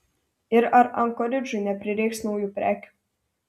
ir ar ankoridžui neprireiks naujų prekių